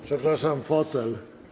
Przepraszam, fotel.